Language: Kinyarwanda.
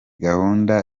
gahunda